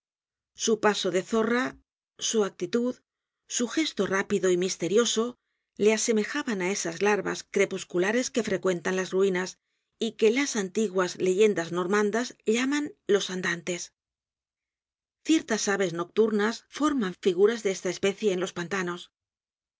su paso de zorra su actitud su gesto rápido y misterioso le asemejaban á esas larvas crepusculares que frecuentan las ruinas y que las antiguas leyendas normandas llaman los andantes ciertas aves nocturnas forman figuras de esta especie en los pantanos